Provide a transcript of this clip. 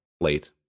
late